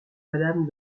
madame